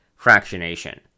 Fractionation